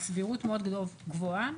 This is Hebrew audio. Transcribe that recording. הסבירות מאוד גבוהה